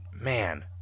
man